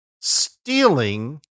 stealing